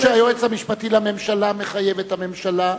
בעוד שהיועץ המשפטי לממשלה מחייב את הממשלה,